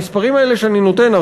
המספרים האלה שאני נותן,